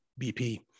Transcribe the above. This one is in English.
BP